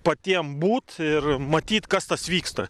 patiem būt ir matyt kas tas vyksta